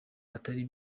atari